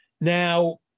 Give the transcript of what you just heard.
Now